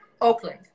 Oakland